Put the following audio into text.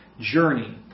Journey